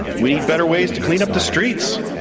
we need better ways to clean up the streets,